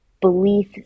belief